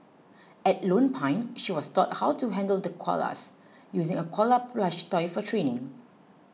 at Lone Pine she was taught how to handle the koalas using a koala plush toy for training